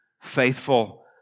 faithful